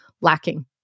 lacking